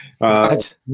right